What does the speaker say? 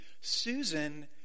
Susan